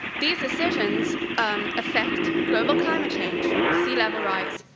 these decisions um affect global climate change, sea level rise,